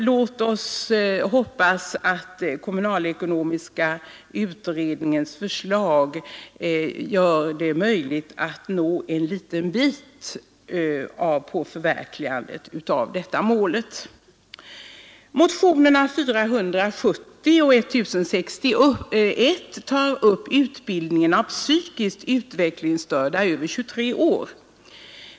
Låt oss hoppas att kommunalekonomiska utredningens förslag gör det möjligt att nå en liten bit på vägen mot förverkligandet av detta mål. Motionerna 470 och 1061 tar upp utbildningen av psykiskt utvecklingsstörda över 23 år.